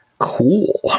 Cool